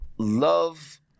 Love